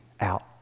out